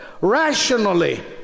rationally